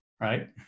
Right